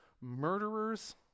murderers